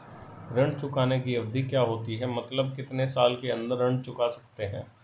ऋण चुकाने की अवधि क्या होती है मतलब कितने साल के अंदर ऋण चुका सकते हैं?